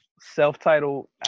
Self-titled